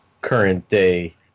current-day